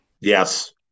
Yes